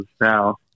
now